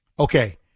Okay